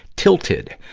tilted.